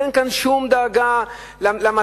אין כאן שום דאגה למצב,